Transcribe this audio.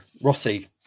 rossi